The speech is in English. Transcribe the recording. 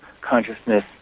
Consciousness